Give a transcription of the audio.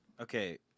Okay